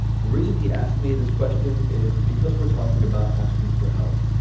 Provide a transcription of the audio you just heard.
the reason he asked me this question is because we're talking about asking for help.